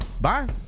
Bye